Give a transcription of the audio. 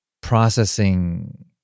processing